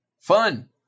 Fun